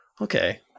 Okay